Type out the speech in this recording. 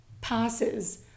passes